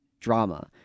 drama